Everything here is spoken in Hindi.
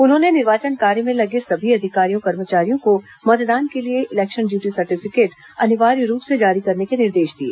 उन्होंने निर्वाचन कार्य में लगे सभी अधिकारियों कर्मचारियों को मतदान के लिए इलेक्शन ड्यूटी सर्टिफिकेट अनिवार्य रूप से जारी करने के निर्देश दिए